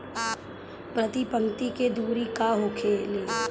प्रति पंक्ति के दूरी का होखे?